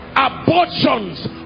abortions